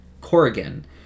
Corrigan